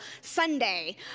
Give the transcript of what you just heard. Sunday